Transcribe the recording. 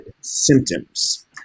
symptoms